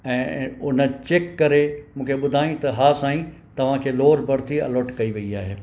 ऐं हुन चैक करे मूंखे ॿुधायईं त हा साईं तव्हांखे लोवर बर्थ ई अलोट कई वेई आहे